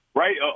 right